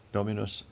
Dominus